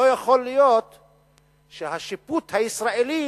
לא יכול להיות שהשיפוט הישראלי